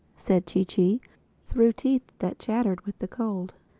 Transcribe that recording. said chee-chee through teeth that chattered with the cold.